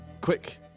Quick